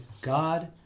God